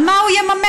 על מה הוא יממן?